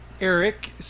Eric